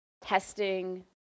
testing